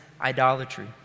idolatry